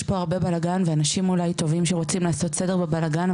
יש פה הרבה בלגאן ואנשים אולי טובים שרוצים לעשות סדר בבלגאן,